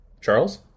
Charles